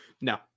no